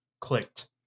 clicked